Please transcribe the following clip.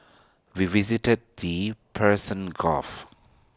we visited the Persian gulf